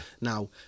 now